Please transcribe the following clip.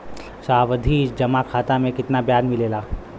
सावधि जमा खाता मे कितना ब्याज मिले ला?